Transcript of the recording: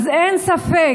אין ספק